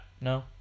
No